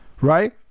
right